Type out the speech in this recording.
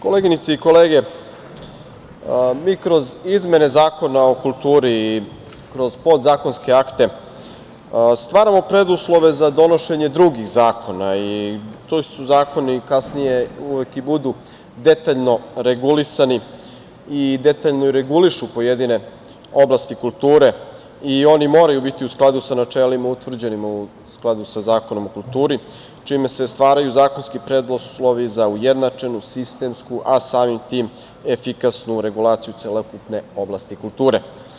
Koleginice i kolege, mi kroz izmene Zakona o kulturi i kroz podzakonske akte stvaramo preduslove za donošenje drugih zakona i ti zakoni kasnije uvek i budu detaljno regulisani i detaljno regulišu pojedine oblasti kulture i oni moraju biti u skladu sa načelima utvrđenim u Zakonu o kulturi, čime se stvaraju zakonski preduslovi za ujednačenu sistemsku, a samim tim efikasnu regulaciju celokupne oblasti kulture.